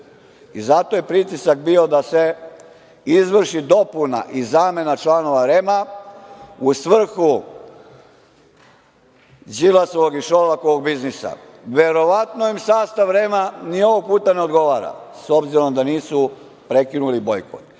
Zato je pritisak bio da se izvrši dopuna i zamena članova REM-a u svrhu Đilasovog i Šolakovog biznisa. Verovatno im sastav REM-a ni ovog puta ne odgovara, s obzirom da nisu prekinuli bojkot. Ja